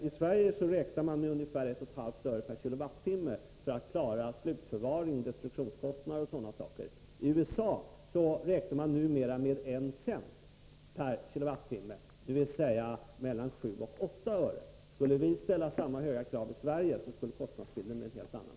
I Sverige räknar man med ungefär 1,5 öre per kWh för att klara slutförvaring, destruktionskostnader och sådana saker. I USA räknar man numera med 1 cent per kWh, dvs. mellan 7 och 8 öre. Skulle vi ställa samma höga krav i Sverige, skulle kostnadsbilden bli en helt annan.